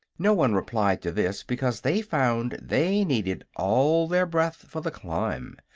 no one replied to this, because they found they needed all their breath for the climb.